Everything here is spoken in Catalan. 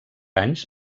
anys